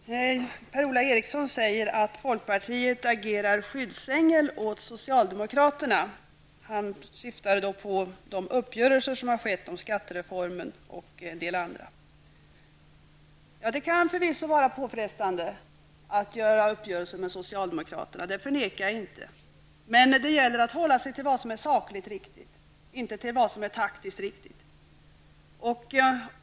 Herr talman! Per-Ola Eriksson säger att folkpartiet agerar skyddsängel åt socialdemokraterna. Han syftade då på de uppgörelser som har skett om skattereformen och en del annat. Ja, det kan förvisso vara påfrestande att göra upp med socialdemokraterna, det förnekar jag inte. Men det gäller att hålla sig till vad som är sakligt riktigt och inte till vad som är taktiskt riktigt.